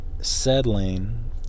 settling